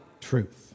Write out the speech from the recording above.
truth